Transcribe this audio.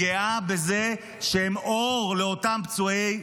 -- גאה בזה שהם אור לאותם פצועי צה"ל.